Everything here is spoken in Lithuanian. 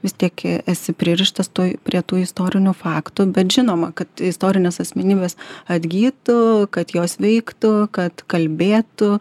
vis tiek esi pririštas tuoj prie tų istorinių faktų bet žinoma kad istorinės asmenybės atgytų kad jos veiktų kad kalbėtų